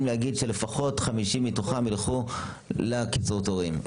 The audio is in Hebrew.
להגיד שלפחות 50 מתוכם יילכו לקיצור תורים,